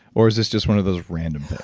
or is this just one of those random